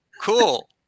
cool